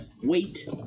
wait